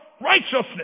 righteousness